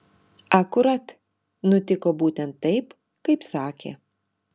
akurat nutiko būtent taip kaip sakė